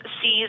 sees